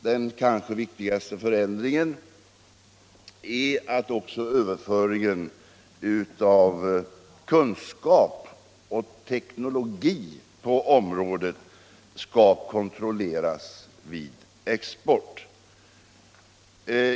Den kanske viktigaste förändringen är att också överföringen av kunskap och teknologi på området skall kontrolleras vid export.